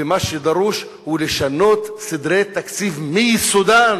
ומה שדרוש הוא לשנות סדרי תקציב מיסודם,